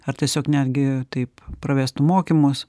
ar tiesiog netgi taip pravestų mokymus